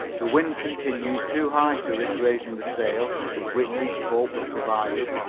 the wind continued too high to risk raising the sail with which each boat was provided,